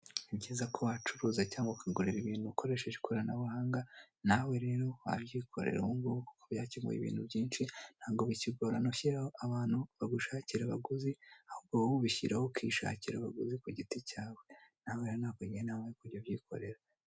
Ni byiza ko wacuruza cyangwa ukagura ibintu ukoresheje ikoranabuhanga, nawe rero wabyikorera ubu ngubu kuko byakemuye byinshi, ntago bikigorana ushyiraho abantu bagushakira abaguzi, ahubwo wowe ubishyiraho ukishakira abaguzi kugiti cyawe. Nawe rero nakugira Inama yo kujya ubyikorera.